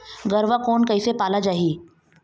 गरवा कोन कइसे पाला जाही?